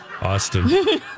Austin